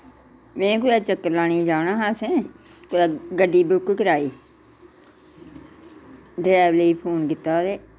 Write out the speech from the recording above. मैं कुतै चक्कर लाने जाना हा असें कुदै गड्डी बुक्क कराई डरैवरै ई फोन कीता ते